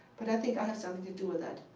but i think i had something to do with that.